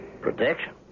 Protection